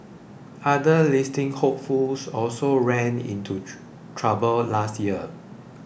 other listing hopefuls also ran into trouble last year